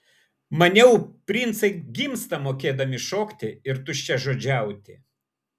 maniau princai gimsta mokėdami šokti ir tuščiažodžiauti